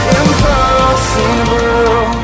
impossible